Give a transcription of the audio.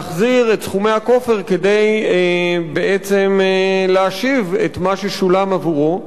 להחזיר את סכומי הכופר כדי בעצם להשיב את מה ששולם עבורו.